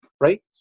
Right